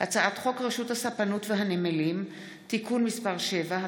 הצעת חוק רשות הספנות והנמלים (תיקון מס' 7),